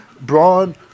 Braun